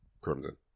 Crimson